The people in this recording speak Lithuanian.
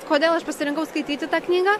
kodėl aš pasirinkau skaityti tą knygą